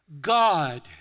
God